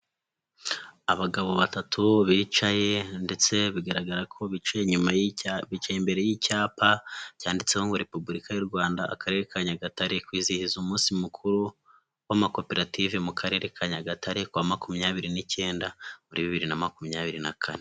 Abagabo batatu bicaye ndetse bigaragara ko bicaye inyuma, bicaye imbere y'icyapa cyanditseho ngo Repubulika y'u Rwanda, Akarere ka Nyagatare, kwizihiza umunsi mukuru w'amakoperative mu Karere ka Nyagatare kuwa makumyabiri n'icyenda muri bibiri na makumyabiri na kane.